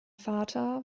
vater